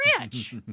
rich